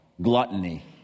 gluttony